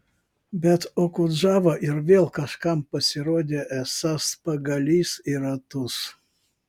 bet okudžava ir vėl kažkam pasirodė esąs pagalys į ratus